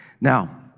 Now